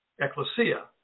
ecclesia